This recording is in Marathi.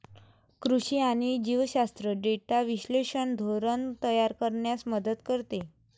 कृषी आणि जीवशास्त्र डेटा विश्लेषण धोरण तयार करण्यास मदत करते